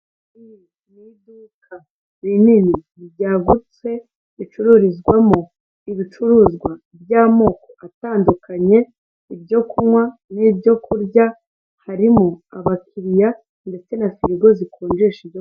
Iri ni iduka rinini ryagutse, ricururizwamo ibicuruzwa by'amoko atandukanye; ibyo kunywa n'ibyo kurya, harimo abakiriya ndetse na firigo zikinjesha ibyo...